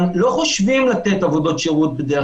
לא חושבים לתת עבודות שירות בדרך כלל.